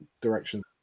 directions